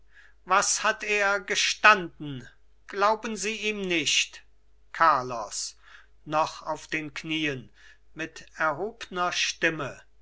was hat er gestanden glauben sie ihm nicht carlos noch auf den knien mit erhobner stimme